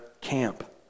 camp